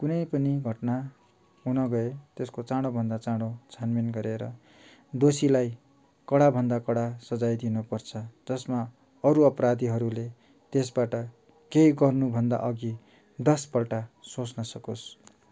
कुनै पनि घटना हुन गए त्यसको चाँडोभन्दा चाँडो छानबिन गरेर दोषीलाई कडाभन्दा कडा सजाय दिन पर्छ जसमा अरू अपराधीहरूले त्यसबाट केही गर्नुभन्दा अघि दस पल्ट सोच्न सकोस्